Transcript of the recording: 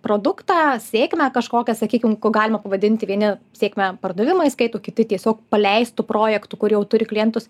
produktą sėkmę kažkokią sakykim galima pavadinti vieni sėkmę pardavimais skaito kiti tiesiog paleistu projektu kur jau turi klientus